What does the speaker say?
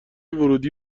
ورودی